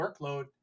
workload